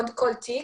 זה תלוי תיק.